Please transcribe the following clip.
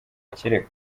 ikirego